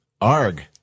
Arg